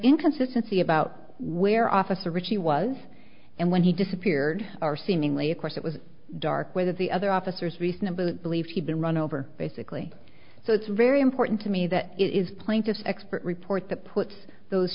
inconsistency about where officer richie was and when he disappeared are seemingly of course it was dark whether the other officers reasonable belief he'd been run over basically so it's very important to me that it is plaintiff's expert report that puts those